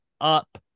up